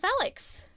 Alex